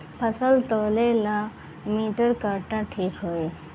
फसल तौले ला मिटर काटा ठिक होही?